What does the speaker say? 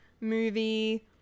movie